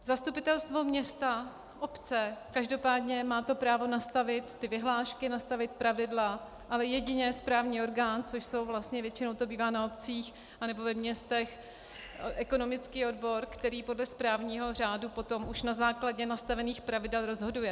Zastupitelstvo města, obce každopádně má právo nastavit vyhlášky, nastavit pravidla, ale jedině správní orgán, což jsou vlastně většinou to bývá na obcích anebo ve městech ekonomický odbor, který podle správního řádu potom už na základě nastavených pravidel rozhoduje.